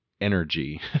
energy